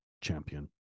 champion